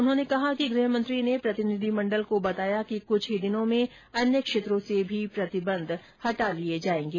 उन्होंने कहा कि गृहमंत्री ने प्रतिनिधिमंडल को बताया कि कुछ ही दिनों में अन्य क्षेत्रों से भी प्रतिबंध हटा लिए जायेंगे